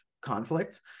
conflict